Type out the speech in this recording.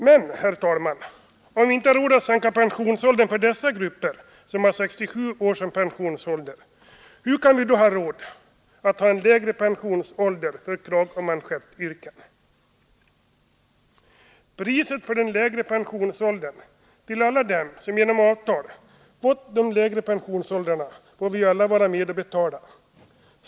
Men, herr talman, om vi inte har råd att sänka pensionsåldern för de grupper som får pension vid 67 år, hur kan vi då ha råd att ha en lägre pensionsålder för kragoch manschettyrken? Priset för den lägre pensionsåldern för alla dem som genom avtal fått lägre pensionsålder får vi ju alla vara med och betala.